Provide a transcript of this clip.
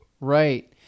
Right